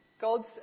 God's